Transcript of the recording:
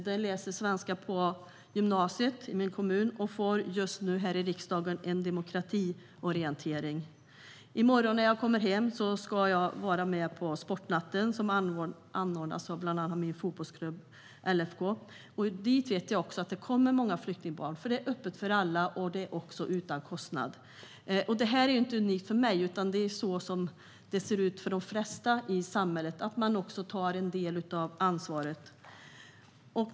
De läser svenska på gymnasiet i min kommun och får just nu här i riksdagen en demokratiorientering. I morgon när jag kommer hem ska jag vara med på Sportnatten, som anordnas av bland andra min fotbollsklubb LFK. Dit vet jag att det kommer många flyktingbarn, för det är öppet för alla och utan kostnad. Detta är inte unikt för mig, utan det är så som det ser ut för de flesta i samhället: Man tar en del av ansvaret.